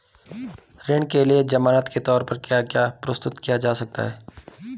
ऋण के लिए ज़मानात के तोर पर क्या क्या प्रस्तुत किया जा सकता है?